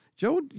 Joe